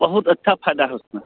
बहुत अच्छा फ़ायदा है उसमें